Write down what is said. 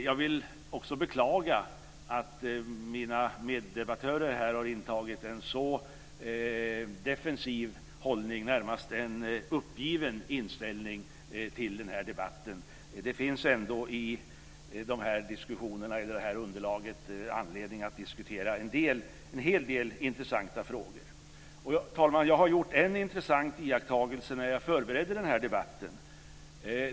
Jag vill också beklaga att mina meddebattörer har intagit en så defensiv hållning och har en närmast uppgiven inställning till den här debatten. Det finns ändå anledning att diskutera en hel del intressanta frågor i underlaget. Fru talman! Jag har när jag förberedde den här debatten gjort en intressant iakttagelse.